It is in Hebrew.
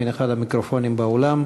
מאחד המיקרופונים באולם.